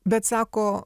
bet sako